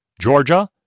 Georgia